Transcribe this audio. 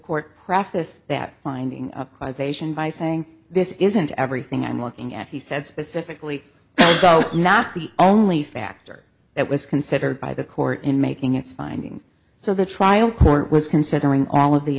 court practice that finding of causation by saying this isn't everything i'm looking at he said specifically so not the only factor that was considered by the court in making its findings so the trial court was considering all of the